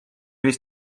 viis